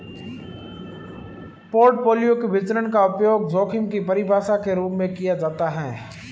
portfolio के विचरण का उपयोग जोखिम की परिभाषा के रूप में किया जाता है